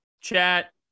Chat